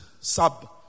Sub